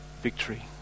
Victory